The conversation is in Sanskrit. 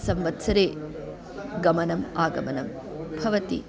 संवत्सरे गमनम् आगमनं भवति